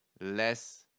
less